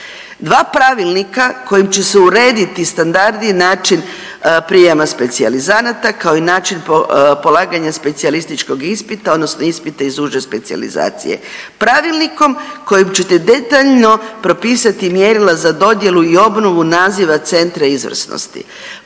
Dva pravilnika kojim će se urediti standardi i način prijema specijalizanata kao i način polaganja specijalističkog ispita odnosno ispita iz uže specijalizacije, pravilnikom kojim ćete detaljno propisati mjerila za dodjelu i obnovu naziva centra izvrsnosti,